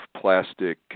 plastic